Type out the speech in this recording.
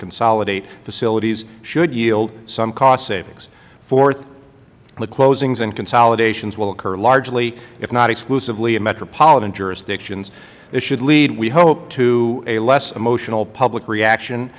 consolidate facilities should yield some cost savings fourth the closings and consolidations will occur largely if not exclusively in metropolitan jurisdictions this should lead we hope to a less emotional public reaction